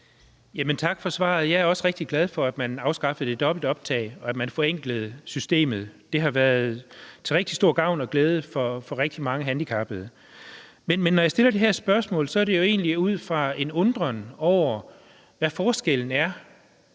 Tak for svaret. Jeg er også rigtig glad for, at man afskaffede det dobbelte optag, og at man forenklede systemet. Det har været til rigtig stor gavn og glæde for rigtig mange handicappede. Men når jeg stiller det her spørgsmål, er det jo egentlig ud fra en undren over, hvad forskellen er